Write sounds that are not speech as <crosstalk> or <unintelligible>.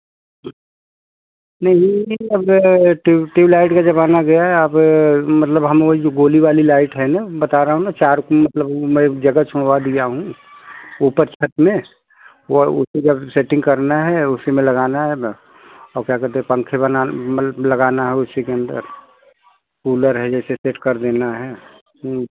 <unintelligible> अब tube tube light का ज़माना गया अब मतलब हम वही जो गोल वाली लाइट है ना बता रहा हूँ ना चार फीट मैं जगह छुड़वा दिया हूँ ऊपर छत में वह <unintelligible> सेटिंग करना है उसी में लगाना है ना अब क्या कहते हैं पंखे बना मतलब लगाना है उसी के अंदर कूलर है जैसे फिट कर देना है